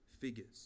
figures